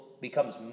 becomes